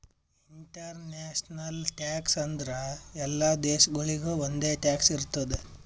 international tax ಅಂದುರ್ ಎಲ್ಲಾ ದೇಶಾಗೊಳಿಗ್ ಒಂದೆ ಟ್ಯಾಕ್ಸ್ ಇರ್ತುದ್